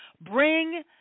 Bring